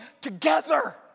together